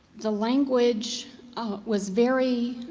the language was very